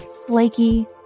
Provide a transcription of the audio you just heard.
flaky